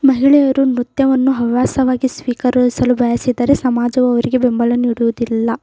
ಮಹಿಳೆಯರು ನೃತ್ಯವನ್ನು ಹವ್ಯಾಸವಾಗಿ ಸ್ವೀಕರಿಸಲು ಬಯಸಿದರೆ ಸಮಾಜವು ಅವರಿಗೆ ಬೆಂಬಲ ನೀಡುವುದಿಲ್ಲ